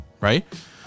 Right